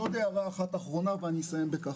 באה כאן המדינה ואומרת משהו